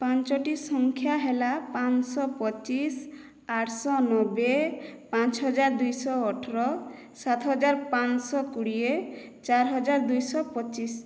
ପାଞ୍ଚଟି ସଂଖ୍ୟା ହେଲା ପାଞ୍ଚଶହ ପଚିଶ ଆଠଶହ ନବେ ପାଞ୍ଚ ହଜାର ଦୁଇଶହ ଅଠର ସାତ ହଜାର ପାଞ୍ଚଶହ କୋଡ଼ିଏ ଚାରି ହଜାର ଦୁଇଶହ ପଚିଶ